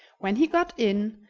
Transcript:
when he got in,